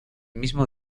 mismo